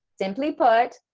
simply put,